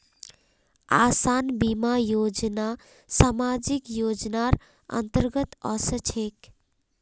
आसान बीमा योजना सामाजिक योजनार अंतर्गत ओसे छेक